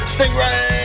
Stingray